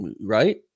right